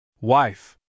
Wife